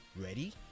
ready